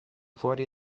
fuori